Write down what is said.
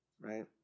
right